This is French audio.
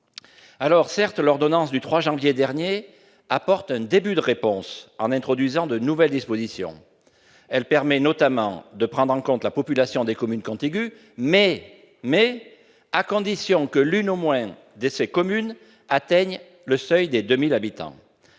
Certes, l'ordonnance du 3 janvier dernier apporte un début de réponse en introduisant de nouvelles dispositions. Elle permet notamment de prendre en compte la population de communes contiguës, mais à condition que l'une au moins de ces communes atteigne le seuil des 2 000 habitants.